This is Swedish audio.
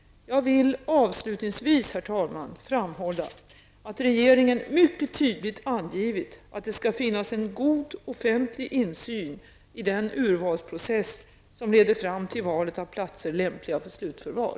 Jag vill avslutningsvis framhålla att regeringen mycket tydligt angivit att det skall finnas en god offentlig insyn i den urvalsprocess som leder fram till valet av platser lämpliga för slutförvar.